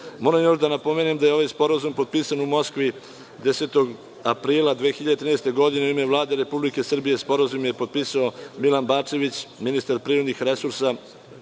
još da napomene da je ovaj sporazum potpisan u Moskvi 10. aprila 2013. godine u ime Vlade Republike Srbije. Sporazum je potpisao Milan Bačević, ministar privrednih resursa,